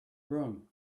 broom